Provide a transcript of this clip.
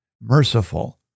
merciful